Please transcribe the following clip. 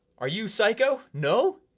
are you psycho? no?